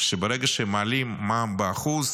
שברגע שהם מעלים מע"מ ב-1%,